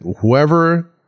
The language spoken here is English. whoever